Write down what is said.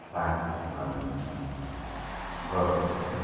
पानीको सेवन गर्नुपर्छ